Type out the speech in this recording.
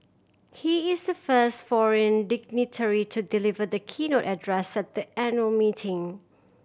he is the first foreign dignitary to deliver the keynote address at the annual meeting